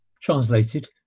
translated